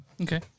Okay